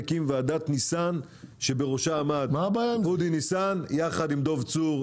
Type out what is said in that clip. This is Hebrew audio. הקים ועדת ניסן שבראשה עמד אודי ניסן יחד עם דב צור,